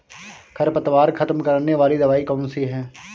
खरपतवार खत्म करने वाली दवाई कौन सी है?